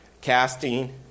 Casting